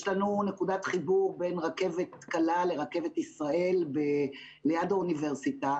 יש לנו נקודת חיבור בין רכבת קלה לרכבת ישראל ליד האוניברסיטה.